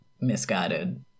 misguided